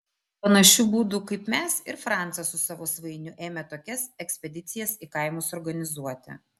panašiu būdu kaip mes ir francas su savo svainiu ėmė tokias ekspedicijas į kaimus organizuoti